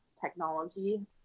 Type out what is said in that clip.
technology